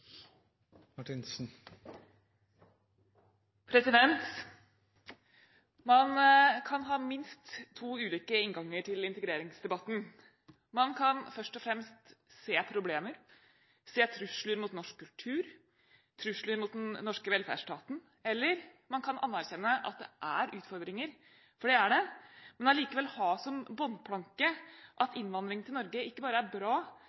Man kan ha minst to ulike innganger til integreringsdebatten. Man kan først og fremst se problemer, se trusler mot norsk kultur, trusler mot den norske velferdsstaten, eller man kan anerkjenne at det er utfordringer, for det er det, men allikevel ha som bunnplanke at innvandring til Norge ikke bare er bra,